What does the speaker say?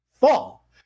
fall